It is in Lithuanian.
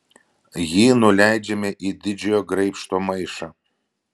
jį nuleidžiame į didžiojo graibšto maišą